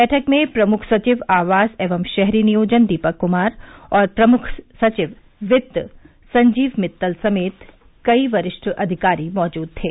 बैठक में प्रमुख सचिव आवास एवं शहरी नियोजन दीपक कुमार और प्रमुख सचिव वित्त संजीव मित्तल समेत कई वरिष्ठ अधिकारी मौजूद थे